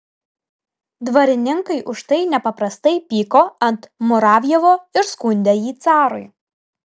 dvarininkai už tai nepaprastai pyko ant muravjovo ir skundė jį carui